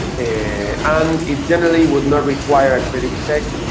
and it generally would not require a credit check,